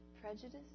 prejudice